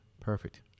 Perfect